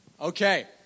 Okay